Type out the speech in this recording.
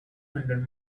hundred